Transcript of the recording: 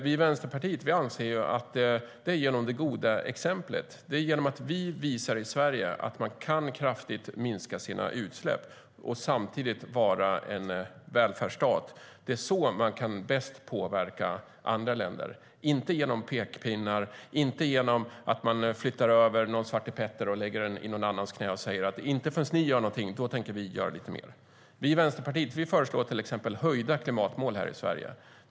Vi i Vänsterpartiet anser att vi ska göra det genom det goda exemplet, det vill säga genom att vi i Sverige visar att man kan minska sina utsläpp kraftigt och samtidigt vara en välfärdsstat. Det är så man bäst kan påverka andra länder - inte genom pekpinnar eller genom att man flyttar över svartepetter till någon annans knä och säger att vi inte tänker göra mer förrän de gör någonting. Vi i Vänsterpartiet föreslår till exempel höjda klimatmål i Sverige.